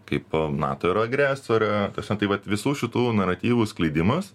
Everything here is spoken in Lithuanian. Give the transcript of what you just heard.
kaip nato yra agresorė tapasme tai vat visų šitų naratyvų skleidimas